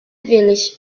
village